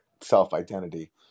self-identity